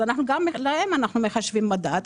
אז אנחנו גם להם מחשבים מדד.